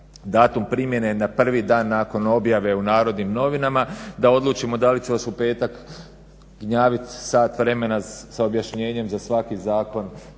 datum primjene na prvi dan nakon objave u Narodnim novinama da odlučimo da li će još u petak gnjaviti sat vremena sa objašnjenjem za svaki zakon